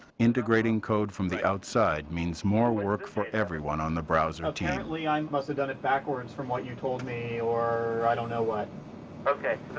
integrating code from the outside means more work for everyone on the browser team. apparently i and must have done it backwards from what you told me, or i don't know what ok,